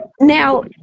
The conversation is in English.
now